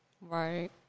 Right